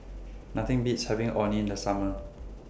Nothing Beats having Orh Nee in The Summer